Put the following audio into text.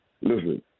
Listen